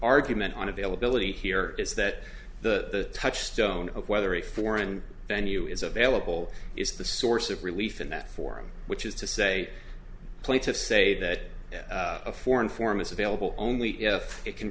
argument on availability here is that the touchstone of whether a foreign venue is available is the source of relief in that forum which is to say plaintiffs say that a foreign form is available only if it can